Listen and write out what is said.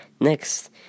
Next